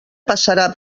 passarà